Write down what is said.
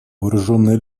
вооруженные